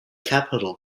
capital